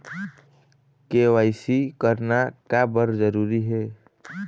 KYC करना का बर जरूरी हे?